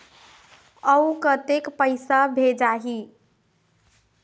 अउ कतेक पइसा भेजाही?